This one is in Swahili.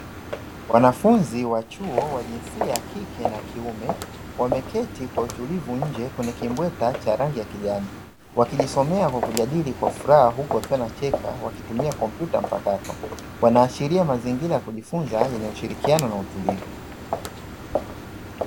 Wanafunzi wa chuo wa jinsia ya kike na kiume wameketi kwa utulivu nje kwenye kimbweta cha rangi ya kijani. Wakijisomea kwa kujadili kwa furaha huko wakiwa wanacheka wakitumia kompyuta mpakato. Wanaashiria mazingira ya kujifunza yenye ushirikiano na utulivu.